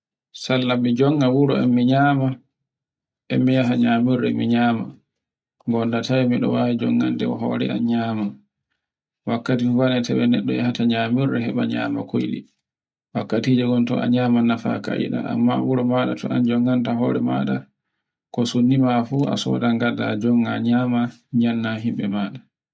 Sarla mi jonga wuro am minyama, e miya nyamirle min nyama. Gondo ɗon wowai jongande hore am nyamo. Wakkatije ton a nyama nefaka amma wuro maɗa to an jaonganta hore maɗa ko sunni ma fu a soɗai jonga nyama, nyanna himbe maɗa.